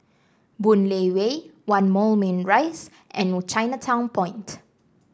Boon Lay Way One Moulmein Rise and Chinatown Point